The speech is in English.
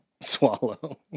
swallow